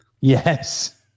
Yes